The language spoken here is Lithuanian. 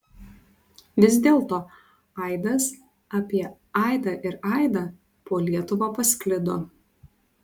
vis dėlto aidas apie aidą ir aidą po lietuvą pasklido